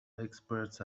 experts